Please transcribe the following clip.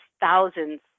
thousands